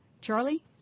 Charlie